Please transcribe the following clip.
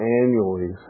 annually